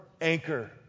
anchor